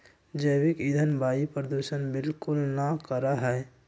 जैविक ईंधन वायु प्रदूषण बिलकुल ना करा हई